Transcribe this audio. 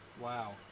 wow